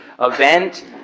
event